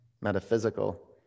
metaphysical